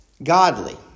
godly